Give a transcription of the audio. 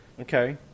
Okay